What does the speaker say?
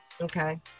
Okay